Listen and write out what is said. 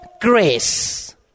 grace